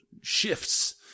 shifts